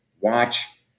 watch